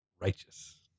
Righteous